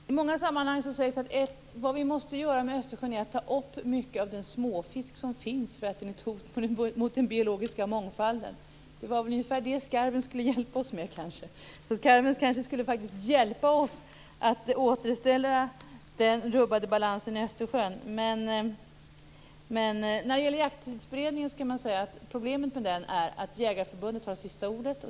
Herr talman! I många sammanhang sägs det att vi måste ta upp mycket av den småfisk som finns i Östersjön därför att den är ett hot mot den biologiska mångfalden. Det var väl ungefär det skarven skulle hjälpa oss med. Skarven skulle faktiskt hjälpa oss att återställa den rubbade balansen i Östersjön. Problemet med Jakttidsberedningen är att Jägareförbundet har sista ordet.